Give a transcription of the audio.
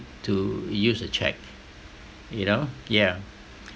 to use a check you know yeah